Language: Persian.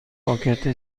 پاکت